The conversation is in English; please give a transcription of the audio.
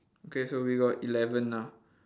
okay so we got eleven ah